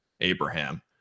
Abraham